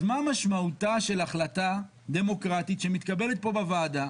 אז מה משמעותה של החלטה דמוקרטית שמתקבלת פה בוועדה?